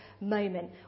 moment